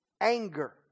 anger